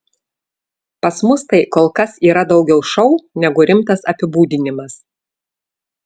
pas mus tai kol kas yra daugiau šou negu rimtas apibūdinimas